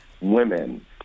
women